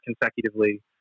consecutively